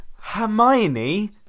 Hermione